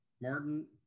Martin